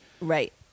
Right